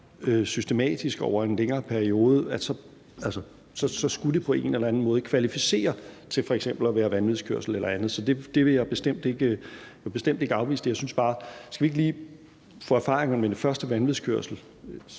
systematisk over en længere periode, så skulle det på en eller anden måde kvalificere til f.eks. at være vanvidskørsel eller andet. Så det vil jeg bestemt ikke afvise, men jeg synes bare: Skal vi ikke lige få de første erfaringer med tingene omkring vanvidskørsel